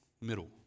middle